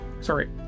sorry